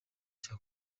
cya